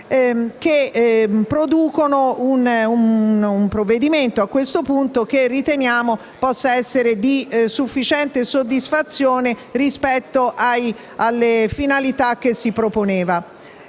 di predisporre un provvedimento che, a questo punto, riteniamo possa essere di sufficiente soddisfazione rispetto alle finalità che si proponeva.